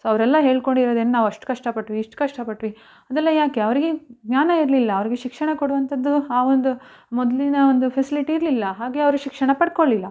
so ಅವರೆಲ್ಲ ಹೇಳ್ಕೊಂಡಿರೋದೇನು ನಾವು ಅಷ್ಟು ಕಷ್ಟ ಪಟ್ವಿ ಇಷ್ಟು ಕಷ್ಟ ಪಟ್ವಿ ಅದೆಲ್ಲ ಯಾಕೆ ಅವರಿಗೆ ಜ್ಞಾನ ಇರಲಿಲ್ಲ ಅವರಿಗೆ ಶಿಕ್ಷಣ ಕೊಡುವಂಥದ್ದು ಆ ಒಂದು ಮೊದಲಿನ ಒಂದು ಫೆಸಿಲಿಟಿ ಇರಲಿಲ್ಲ ಹಾಗೆ ಅವರು ಶಿಕ್ಷಣ ಪಡ್ಕೊಳ್ಳಿಲ್ಲ